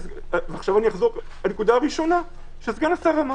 עכשיו אני אחזור לנקודה הראשונה שסגן השר אמר.